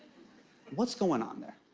what's going on there?